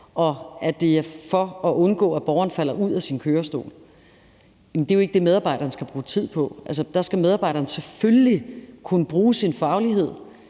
om det er for at undgå, at borgeren falder ud af sin kørestol. Det er jo ikke det, medarbejderne skal bruge tid på. Der skal medarbejderne selvfølgelig kunne bruge deres faglighed